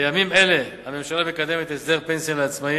בימים אלה הממשלה מקדמת הסדר פנסיה לעצמאים.